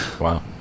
Wow